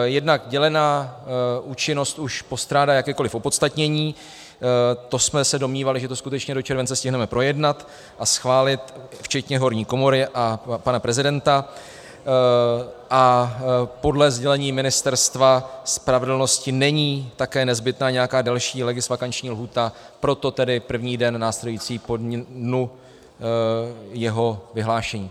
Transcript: Jednak dělená účinnost už postrádá jakékoliv opodstatnění, to jsme se domnívali, že to skutečně do července stihneme projednat a schválit včetně horní komory a pana prezidenta, a podle sdělení Ministerstva spravedlnosti není také nezbytná nějaká další legisvakanční lhůta, proto tedy první den následující po dni jeho vyhlášení.